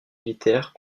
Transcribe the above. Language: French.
militaires